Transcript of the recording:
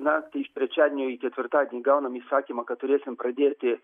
naktį iš trečiadienio į ketvirtadienį gaunam įsakymą kad turėsim pradėti